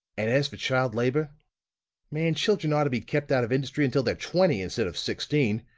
and as for child labor man, children ought to be kept out of industry until they're twenty, instead of sixteen!